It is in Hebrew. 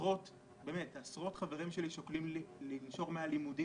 עשרות חברים שלי באמת שוקלים לנשור מהלימודים